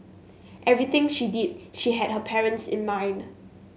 everything she did she had her parents in mind